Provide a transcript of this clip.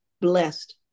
blessed